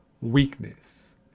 weakness